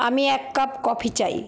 আমি এক cup coffee চাই